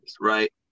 right